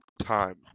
time